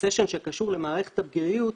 בסשן שקשור למערכת הבריאות,